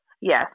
Yes